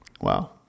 Wow